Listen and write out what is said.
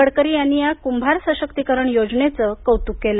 गडकरी यांनी कुंभार सशक्तीकरण योजनेचं कौतुक केलं